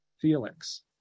Felix